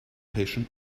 patient